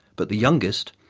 but the youngest,